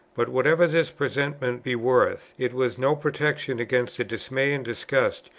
but, whatever this presentiment be worth, it was no protection against the dismay and disgust,